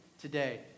Today